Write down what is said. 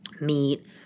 Meat